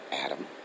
Adam